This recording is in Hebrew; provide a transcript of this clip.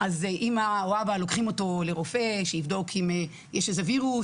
אז אימא או אבא לוקחים אותו לרופא שיבדוק אם יש איזה וירוס,